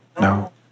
No